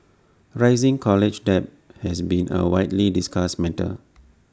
rising college debt has been A widely discussed matter